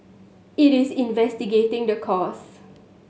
it is investigating the cause